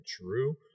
true